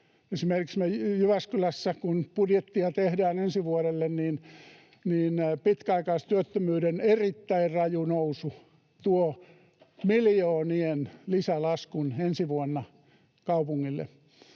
esimerkiksi meillä Jyväskylässä, kun budjettia tehdään ensi vuodelle, niin pitkäaikaistyöttömyyden erittäin raju nousu tuo miljoonien lisälaskun ensi vuonna kaupungille,